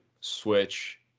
switch